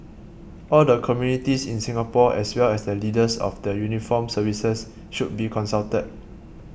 all the communities in Singapore as well as the leaders of the uniformed services should be consulted